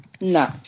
No